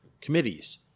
committees